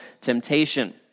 temptation